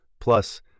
Plus